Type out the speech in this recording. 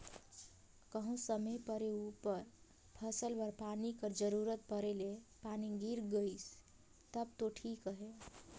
कहों समे परे उपर फसिल बर पानी कर जरूरत परे ले पानी गिर गइस तब दो ठीक अहे